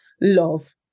love